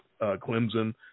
Clemson